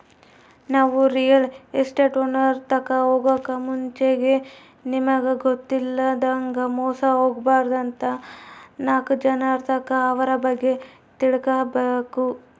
ನಾವು ರಿಯಲ್ ಎಸ್ಟೇಟ್ನೋರ್ ತಾಕ ಹೊಗಾಕ್ ಮುಂಚೆಗೆ ನಮಿಗ್ ಗೊತ್ತಿಲ್ಲದಂಗ ಮೋಸ ಹೊಬಾರ್ದಂತ ನಾಕ್ ಜನರ್ತಾಕ ಅವ್ರ ಬಗ್ಗೆ ತಿಳ್ಕಬಕು